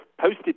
posted